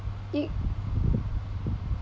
it